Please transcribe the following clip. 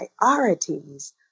priorities